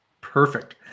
Perfect